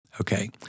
Okay